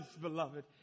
beloved